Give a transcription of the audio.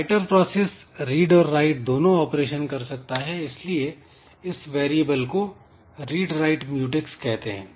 writer process read ओर write दोनों operation कर सकता है इसीलिए इस वेरिएबल को "रीड राइट म्यूटैक्स" कहते हैं